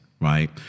right